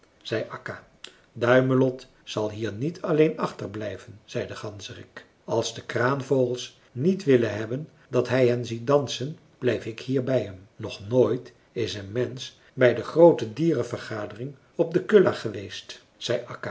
zei akka duimelot zal hier niet alleen achterblijven zei de ganzerik als de kraanvogels niet willen hebben dat hij hen ziet dansen blijf ik hier bij hem nog nooit is een mensch bij de groote dierenvergadering op de kulla geweest zei